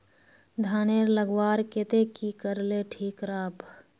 धानेर लगवार केते की करले ठीक राब?